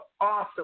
awesome